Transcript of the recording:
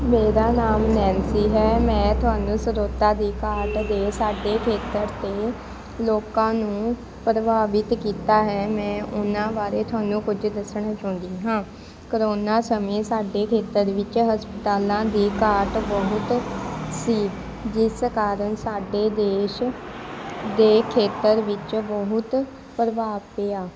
ਮੇਰਾ ਨਾਮ ਨੈੈਨਸੀ ਹੈ ਮੈਂ ਤੁਹਾਨੂੰ ਸਰੋਤਾਂ ਦੀ ਘਾਟ ਦੇ ਸਾਡੇ ਖੇਤਰ ਤੇ ਲੋਕਾਂ ਨੂੰ ਪ੍ਰਭਾਵਿਤ ਕੀਤਾ ਹੈ ਮੈਂ ਉਹਨਾਂ ਬਾਰੇ ਤੁਹਾਨੂੰ ਕੁਝ ਦੱਸਣਾ ਚਾਹੁੰਦੀ ਹਾਂ ਕਰੋਨਾ ਸਮੇਂ ਸਾਡੇ ਖੇਤਰ ਵਿੱਚ ਹਸਪਤਾਲਾਂ ਦੀ ਘਾਟ ਬਹੁਤ ਸੀ ਜਿਸ ਕਾਰਨ ਸਾਡੇ ਦੇਸ਼ ਦੇ ਖੇਤਰ ਵਿੱਚ ਬਹੁਤ ਪ੍ਰਭਾਵ ਪਿਆ